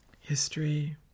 history